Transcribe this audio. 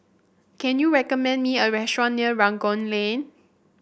can you recommend me a restaurant near Rangoon Lane